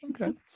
Okay